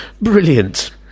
brilliant